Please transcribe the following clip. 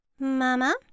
Mama